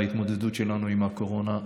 בהתמודדות שלנו עם הקורונה.